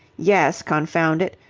yes, confound it.